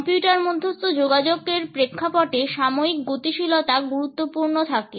computer মধ্যস্থ যোগাযোগের প্রেক্ষাপটে সাময়িক গতিশীলতা গুরুত্বপূর্ণ থাকে